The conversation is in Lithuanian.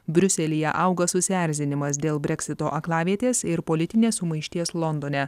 briuselyje auga susierzinimas dėl brexito aklavietės ir politinės sumaišties londone